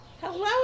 Hello